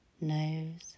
nose